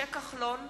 משה כחלון,